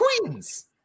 Queens